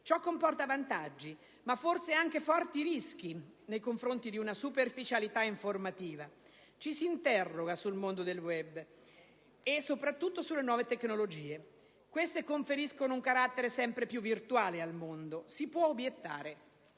Ciò comporta vantaggi, ma forse anche forti rischi nei confronti di una superficialità informativa. Ci si interroga sul mondo del *web* e soprattutto sulle nuove tecnologie. Queste conferiscono un carattere sempre più virtuale al mondo. Si può obiettare